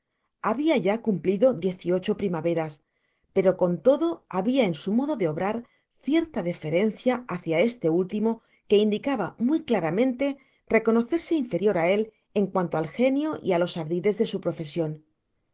años mas que el camastron habia ya cumplido diez y ocho primaveras pero con lodo habia en su modo de obrar cierta deferencia hacia este último que indicaba muy claramente reconocerse inferior á él en cuanto al genio y á los ardides de su profesion